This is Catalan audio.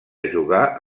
jugar